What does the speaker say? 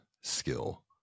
skill